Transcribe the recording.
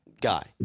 guy